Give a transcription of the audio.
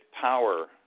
power